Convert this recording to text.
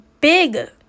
big